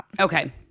Okay